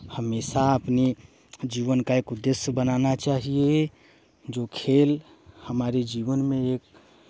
हमेशा अपनी जीवन का एक उद्देश्य बनाना चाहिए जो खेल हमारे जीवन में एक